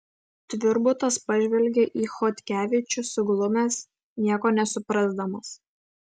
tvirbutas pažvelgia į chodkevičių suglumęs nieko nesuprasdamas